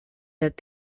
that